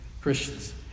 Christians